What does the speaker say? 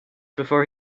before